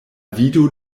vido